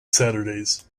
saturdays